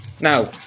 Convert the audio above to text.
Now